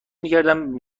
میکردم